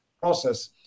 process